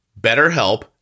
BetterHelp